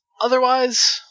otherwise